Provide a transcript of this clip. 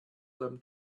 them